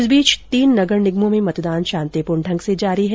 इस बीच तीन नगर निगमों में मतदान शांतिपूर्ण ढंग से जारी है